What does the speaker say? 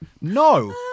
No